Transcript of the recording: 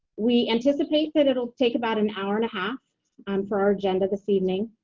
we anticipate that it'll take about an hour and a half um for our agenda this evening.